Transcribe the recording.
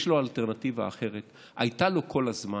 יש לו אלטרנטיבה אחרת, הייתה לו כל הזמן,